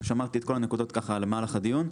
שמרתי את כל הנקודות ככה במהלך הדיון.